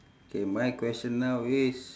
K my question now is